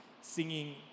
singing